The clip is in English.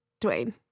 Dwayne